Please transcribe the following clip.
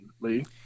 Lee